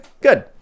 Good